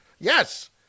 Yes